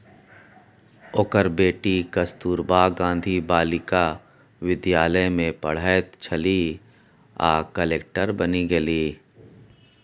ओकर बेटी कस्तूरबा गांधी बालिका विद्यालय मे पढ़ैत छलीह आ कलेक्टर बनि गेलीह